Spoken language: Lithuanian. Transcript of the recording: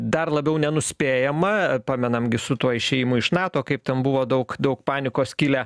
dar labiau nenuspėjamą pamenam gi su tuo išėjimu iš nato kaip ten buvo daug daug panikos kilę